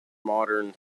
modern